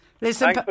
Listen